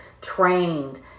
trained